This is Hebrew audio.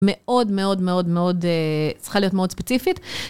מאוד מאוד מאוד צריכה להיות מאוד ספציפית.